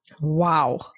Wow